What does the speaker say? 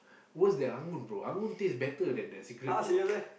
worse than Angun bro Angun taste better than that cigarette bro